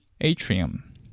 atrium